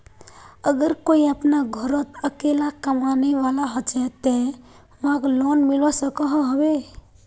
अगर कोई अपना घोरोत अकेला कमाने वाला होचे ते वाहक लोन मिलवा सकोहो होबे?